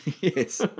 yes